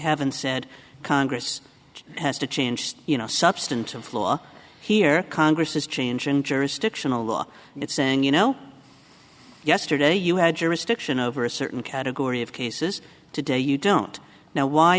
haven't said congress has to change you know substantive law here congress is changing jurisdictional law and it's saying you know yesterday you had jurisdiction over a certain category of cases today you don't now why